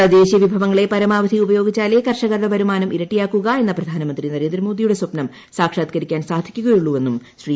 തദ്ദേശീയ വിഭവങ്ങളെ പരമാവധി ഉപയോഗിച്ചാലേ കർഷകരുടെ വരുമാനം ഇരട്ടിയാക്കുക എന്ന പ്രധാനമന്ത്രി നരേന്ദ്രമോദിയുടെ സ്വപ്നം സാക്ഷത്ക്കരിക്കാൻ സാധിക്കുകയുള്ളൂവെന്നും ശ്രീ